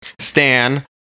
Stan